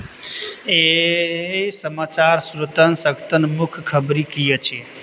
ए समाचार श्रुतन सखतन मुख्य खबरी की अछि